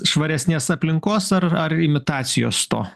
švaresnės aplinkos ar imitacijos to